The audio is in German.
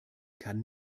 kann